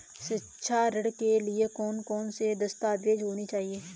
शिक्षा ऋण के लिए कौन कौन से दस्तावेज होने चाहिए?